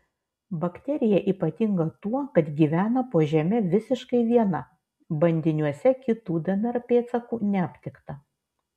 bakterija ypatinga tuo kad gyvena po žeme visiškai viena bandiniuose kitų dnr pėdsakų neaptikta